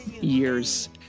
years